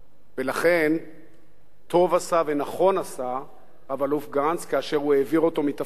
ולכן טוב עשה ונכון עשה רב-אלוף גנץ כאשר הוא העביר אותו מתפקידו.